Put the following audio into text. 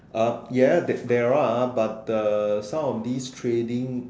uh ya there are but uh some of this trading